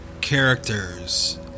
characters